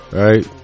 right